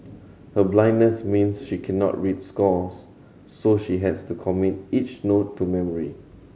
her blindness means she cannot read scores so she has to commit each note to memory